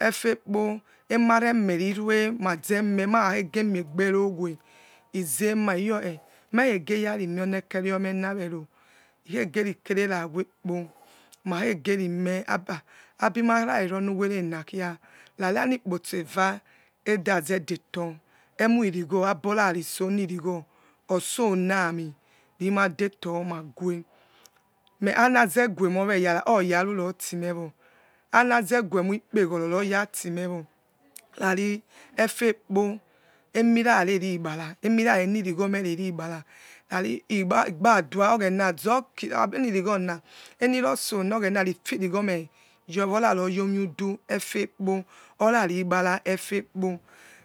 Efekpo emareme rinde mazeme alara kegemiegerowe i zemal yokhe mekhege yakmemio nekeviomens weno ikhegeri keverawe kpo makhegerimen, abimara revonu were nakis rariamkpotso eus edazadeto emoirigho rege abirotakitso virigho otso na amie romadetor magy e anazeguemon weyana ojamrotime wo anazeguemoilkpeghoro royatimeшь knazeyrari efekpo emirare risbara emira nenirighomere rigbara, rari hegbadus oghens zokira enirighona nirosong oghena rifirighome youbo oraroyomidy efe kpa or arigbang etekpo